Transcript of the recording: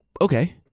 okay